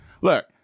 look